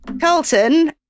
Carlton